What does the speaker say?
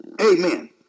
Amen